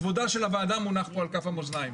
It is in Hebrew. כבודה של הוועדה מונח פה על כף המאזניים,